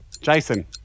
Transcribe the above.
Jason